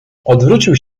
odwrócił